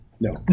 No